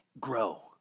Grow